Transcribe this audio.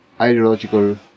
ideological